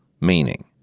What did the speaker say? meaning